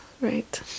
right